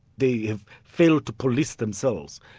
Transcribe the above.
they have failed to police themselves.